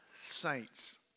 saints